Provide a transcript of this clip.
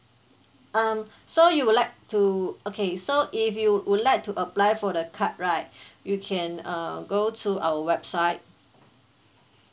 um so you would like to okay so if you would like to apply for the card right you can uh go to our website